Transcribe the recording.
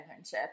internship